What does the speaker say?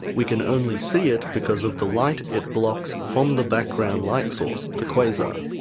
we can only see it because of the light it blocks from the background light source, the quasar.